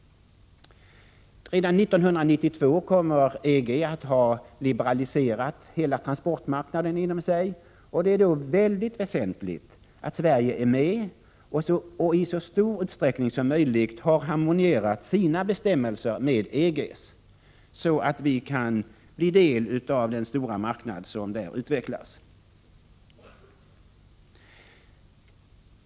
Redan 1992 kommer EG att ha liberaliserat hela transportmarknaden inom sig. Det är då mycket väsentligt att Sverige är med och i så stor utsträckning som möjligt har harmonierat sina bestämmelser med EG:s, så att vi kan bli en del av den stora marknad som där utvecklas.